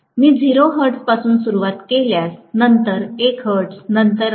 मी 0 हर्त्झपासून सुरवात केल्यास नंतर 1 हर्त्झ नंतर 1